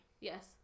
Yes